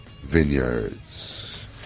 Vineyards